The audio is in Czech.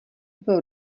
bylo